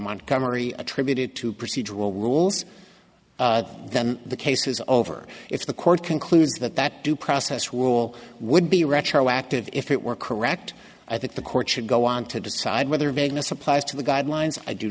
montgomery attributed to procedural rules then the case is over if the court concludes that that due process rule would be retroactive if it were correct i think the court should go on to decide whether vagueness applies to the guidelines i do